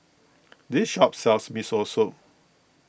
this shop sells Miso Soup